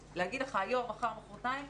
להגיד לך אם היום, מחר, מוחרתיים